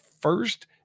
first